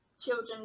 children